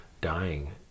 dying